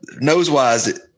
Nose-wise